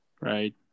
right